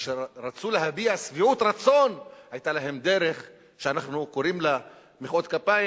כשרצו להביע שביעות רצון היתה להם דרך שאנחנו קוראים לה מחיאות כפיים,